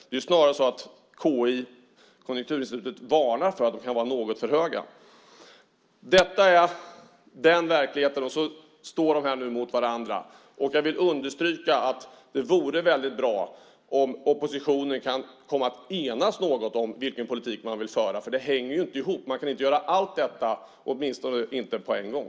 Det är snarare så att KI, Konjunkturinstitutet, varnar för att de kan vara något för höga. Detta är den verkligheten. De står mot varandra. Jag vill understryka att det vore bra om oppositionen kunde enas något om vilken politik man vill föra. Det hänger inte ihop. Man kan inte göra allt detta - åtminstone inte på en gång.